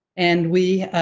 and we,